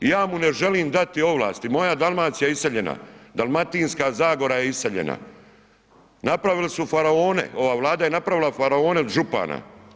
I ja mu ne želim dati ovlasti, moja Dalmacija je iseljena, Dalmatinska zagora je iseljena, napravili su faraone, ova Vlada je napravila faraone od župana.